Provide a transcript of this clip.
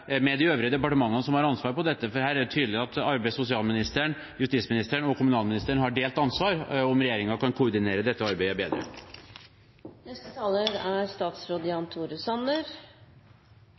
med de øvrige departementene som har ansvar for dette – for her er det tydelig at arbeids- og sosialministeren, justisministeren og kommunalministeren har delt ansvar – og kan regjeringen koordinere dette arbeidet bedre? Representanten har forstått meg rett. Vi er